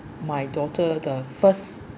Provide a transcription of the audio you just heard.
my daughter the first